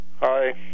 Hi